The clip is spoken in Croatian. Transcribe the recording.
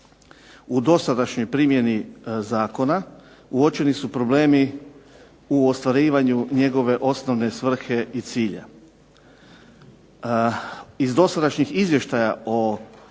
U dosadašnjoj primjeni zakona uočeni su problemi u ostvarivanju njegove osnovne svrhe i cilja. Iz dosadašnjih izvještaja o